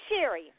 Sherry